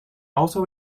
also